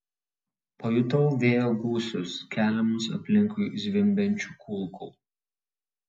pajutau vėjo gūsius keliamus aplinkui zvimbiančių kulkų